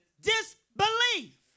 disbelief